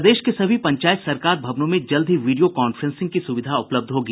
प्रदेश के सभी पंचायत सरकार भवनों में जल्द ही वीडियो कांफ्रेंसिंग की सुविधा उपलब्ध होगी